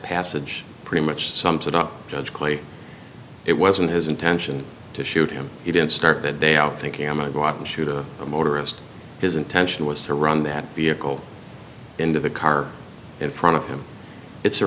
passage pretty much sums it up judge clay it wasn't his intention to shoot him he didn't start that day out thinking i might go out and shoot a motorist his intention was to run that vehicle into the car in front of him it's a